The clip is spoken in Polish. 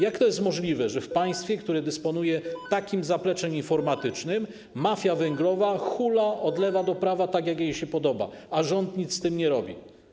Jak to jest możliwe, że w państwie, które dysponuje takim zapleczem informatycznym, mafia węglowa hula od lewa do prawa, tak jak się jej podoba, a rząd nic z tym nie robi?